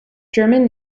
german